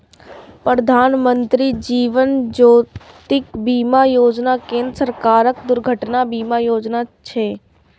प्रधानमत्री जीवन ज्योति बीमा योजना केंद्र सरकारक दुर्घटना बीमा योजना छियै